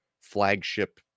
flagship